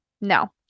No